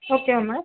ஓகேவா மேம்